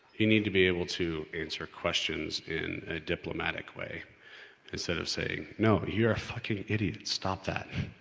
you need to be able to answer questions in a diplomatic way instead of saying no, you're a fucking idiot, stop that!